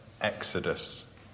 exodus